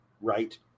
right